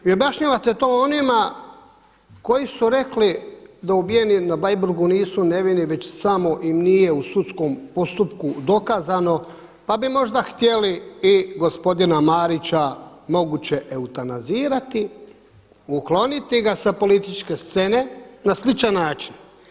I objašnjavate to onima koji su rekli da ubijeni na Bleiburgu nisu nevini već samo im nije u sudskom postupku dokazano pa bi možda htjeli i gospodina Marića moguće eutanazirati, ukloniti ga sa političke scene na sličan način.